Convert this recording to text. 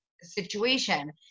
situation